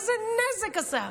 איזה נזק הוא עשה.